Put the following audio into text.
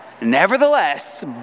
nevertheless